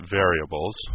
variables